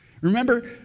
Remember